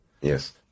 Yes